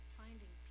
finding